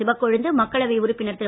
சிவகொழுந்து மக்களவை உறுப்பினர் திரு